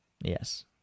yes